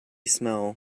smell